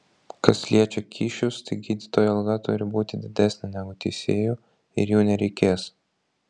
kas liečia kyšius tai gydytojo alga turi būti didesnė negu teisėjų ir jų nereikės